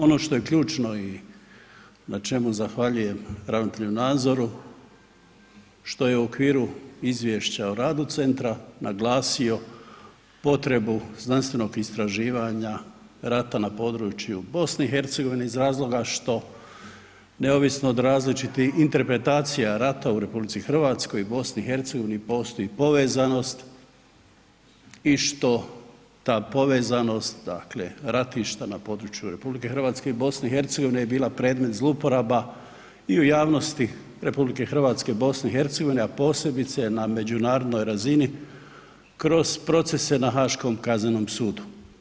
Ono što je ključno i na čemu zahvaljujem ravnatelju Nazoru što je u okviru izvješća o radu centra naglasio potrebu znanstvenog istraživanja rata na području BiH iz razloga što neovisno od različitih interpretacija rata u RH i BiH postoji povezanost i što ta povezanost dakle ratišta na području RH i BiH je bila predmet zlouporaba i u javnosti RH, BiH, a posebice na međunarodnoj razini kroz procese na Haškom kaznenom sudu.